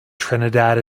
trinidad